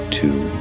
two